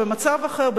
או במצב אחר,